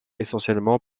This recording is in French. essentiellement